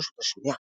הרשות השנייה.